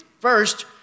First